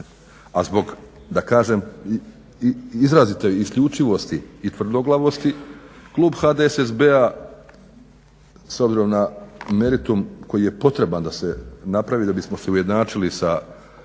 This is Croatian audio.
a zbog da kažem izrazito isključivosti i tvrdoglavosti klub HDSSB-a s obzirom na meritum koji je potreban da se napravi da bismo se ujednačili sa zvanjima